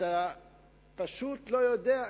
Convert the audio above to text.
אתה פשוט לא יודע,